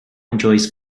enjoys